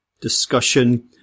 discussion